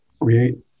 create